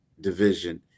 division